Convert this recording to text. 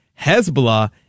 Hezbollah